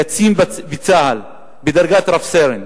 קצין בצה"ל בדרגת רב-סרן.